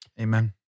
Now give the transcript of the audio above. Amen